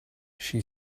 she